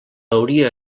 hauria